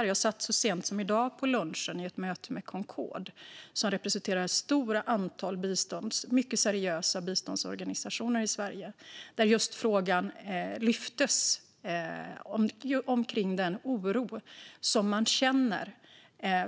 Jag satt så sent som på lunchen i dag i ett möte med Concord, som representerar ett stort antal mycket seriösa biståndsorganisationer i Sverige, och då lyftes just den oro de känner